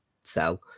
sell